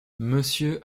monsieur